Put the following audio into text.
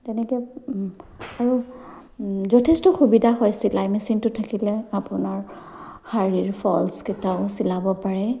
তেনেকে আৰু যথেষ্ট সুবিধা হয় চিলাই মেচিনটো থাকিলে আপোনাৰ শাৰীৰ ফলচকেইটাও চিলাব পাৰে